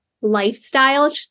lifestyle